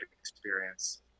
experience